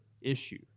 issue